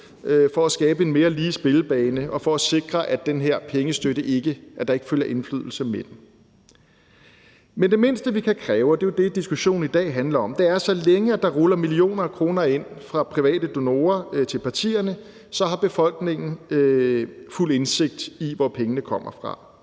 for at skabe en mere lige spillebane og for at sikre, at der ikke følger indflydelse med den her pengestøtte. Men det mindste, vi kan kræve, og det er jo det, diskussionen i dag handler om, er, at så længe der ruller millioner af kroner ind fra private donorer til partierne, har befolkningen fuld indsigt i, hvor pengene kommer fra,